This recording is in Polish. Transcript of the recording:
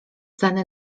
plany